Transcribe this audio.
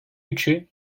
üçü